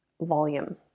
volume